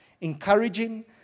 encouraging